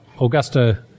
Augusta